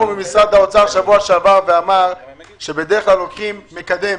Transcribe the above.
ממשרד האוצר בשבוע שעבר שאמר שבדרך כלל לוקחים מקדם.